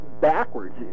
backwards